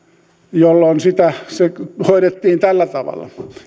joten se hoidettiin tällä tavalla